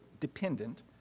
dependent